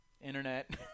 Internet